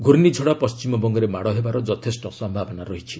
ଘ୍ରର୍ଣ୍ଣିଝଡ଼ ପଣ୍ଟିମବଙ୍ଗରେ ମାଡ଼ ହେବାର ଯଥେଷ୍ଟ ସମ୍ଭାବନା ରହିଛି